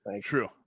true